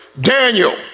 Daniel